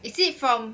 is it from